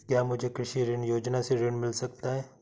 क्या मुझे कृषि ऋण योजना से ऋण मिल सकता है?